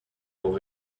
pour